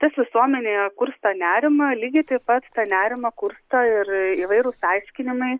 tas visuomenėje kursto nerimą lygiai taip pat tą nerimą kursto ir įvairūs aiškinimai